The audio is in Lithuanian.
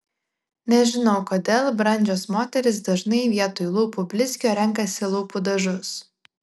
nežinau kodėl brandžios moterys dažnai vietoj lūpų blizgio renkasi lūpų dažus